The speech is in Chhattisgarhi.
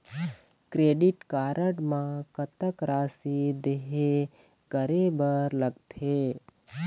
क्रेडिट कारड म कतक राशि देहे करे बर लगथे?